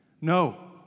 No